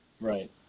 Right